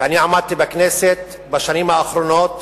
ואני עמדתי בכנסת בשנים האחרונות